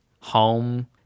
home